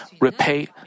repay